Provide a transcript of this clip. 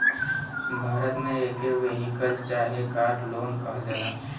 भारत मे एके वेहिकल चाहे कार लोन कहल जाला